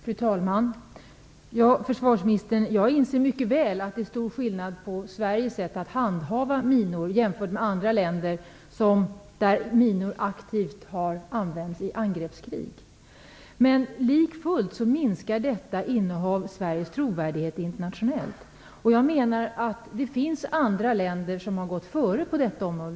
Fru talman! Försvarsministern, jag inser mycket väl att det är stor skillnad på Sveriges sätt att handha minor jämfört med andra länder som aktivt har använt dem i angreppskrig. Men detta innehav minskar likafullt Sveriges trovärdighet internationellt. Det finns andra länder som har gått före på detta område.